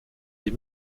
les